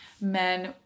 men